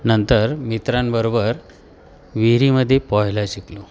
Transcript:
नंतर मित्रांबरोबर विहिरीमध्ये पोहायला शिकलो